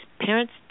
Parents